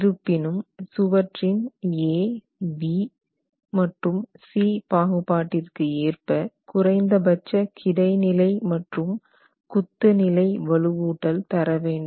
இருப்பினும் சுவற்றின் ABC பாகுபாட்டிற்கு ஏற்ப குறைந்த பட்ச கிடைநிலை மற்றும் குத்து நிலை வலுவூட்டல் தரவேண்டும்